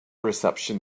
reception